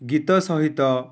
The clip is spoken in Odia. ଗୀତ ସହିତ